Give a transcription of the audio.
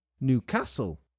Newcastle